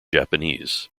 japanese